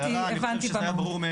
אז תודה על ההערה.